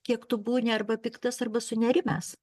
kiek tu būni arba piktas arba sunerimęs